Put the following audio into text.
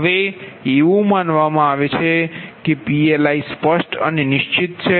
હવે એવું માનવામાં આવે છે કે PLi સ્પષ્ટ અને નિશ્ચિત છે